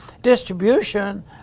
distribution